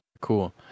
Cool